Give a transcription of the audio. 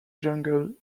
jungle